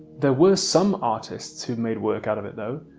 there were some artists who made work out of it though.